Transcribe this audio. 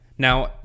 Now